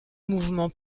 mouvements